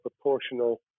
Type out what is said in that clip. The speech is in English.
proportional